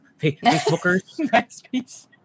Facebookers